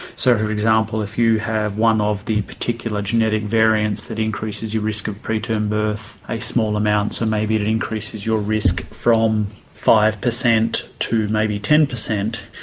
so for example if you have one of the particular genetic variants that increases your risk of preterm birth a small amount, so maybe it increases your risk from five percent to maybe ten percent.